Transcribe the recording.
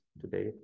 today